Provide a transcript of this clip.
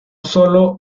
sólo